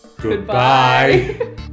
goodbye